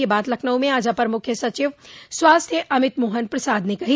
यह बात लखनऊ में आज अपर मुख्य सचिव स्वास्थ्य अमित मोहन प्रसाद कही